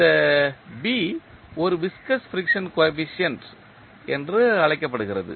இந்த B ஒரு viscous friction coefficient என்று அழைக்கப்படுகிறது